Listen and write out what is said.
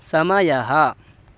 समयः